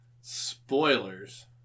Spoilers